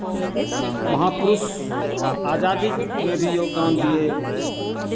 महापुरुष आज़ादी में भी योगदान दिए